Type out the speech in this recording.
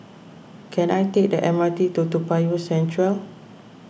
can I take the M R T to Toa Payoh Central